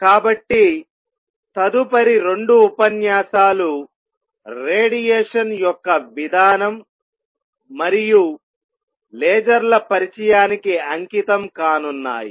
కాబట్టి తదుపరి 2 ఉపన్యాసాలు రేడియేషన్ యొక్క విధానం మరియు లేజర్ల పరిచయానికి అంకితం కానున్నాయి